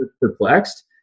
perplexed